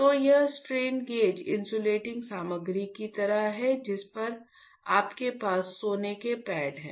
तो यह strain gauge insulating सामग्री की तरह है जिस पर आपके पास सोने के पैड हैं